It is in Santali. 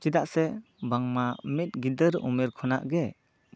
ᱪᱮᱫᱟᱜ ᱥᱮ ᱵᱟᱝᱢᱟ ᱢᱤᱫ ᱜᱤᱫᱟᱹᱨ ᱩᱢᱮᱨ ᱠᱷᱚᱱᱟᱜ ᱜᱮ